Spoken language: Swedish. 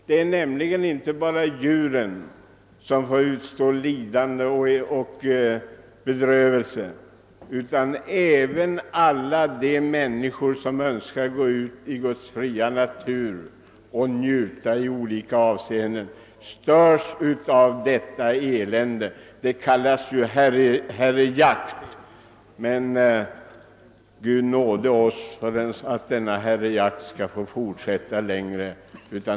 Det är nämligen inte bara djuren som får utstå lidande, utan även alla de människor som vill gå ut och njuta av Guds fria natur störs av eländet. Det kallas herrejakt, men Gud nåde oss om denna herrejakt får fortsätta!